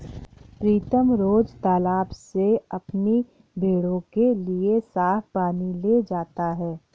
प्रीतम रोज तालाब से अपनी भेड़ों के लिए साफ पानी ले जाता है